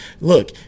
look